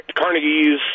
carnegie's